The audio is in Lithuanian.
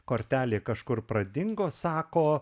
kortelė kažkur pradingo sako